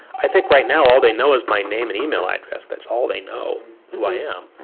i think, right now, all they know is my name and email address, that's all they know, who i am.